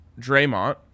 Draymond